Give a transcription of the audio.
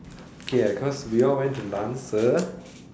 okay cause we all went to lancer